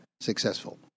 successful